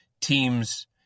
teams